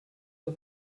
auf